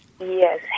yes